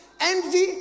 envy